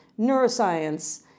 neuroscience